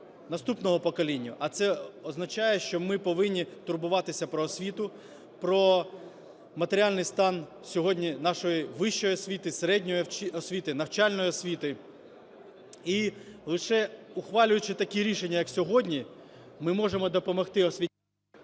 наступному поколінню, а це означає, що ми повинні турбуватися про освіту, про матеріальний стан сьогодні нашої вищої освіти, середньої освіти, навчальної освіти. І лише ухвалюючи такі рішення, як сьогодні, ми можемо допомогти…